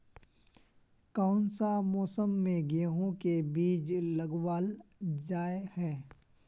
कोन सा मौसम में गेंहू के बीज लगावल जाय है